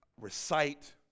recite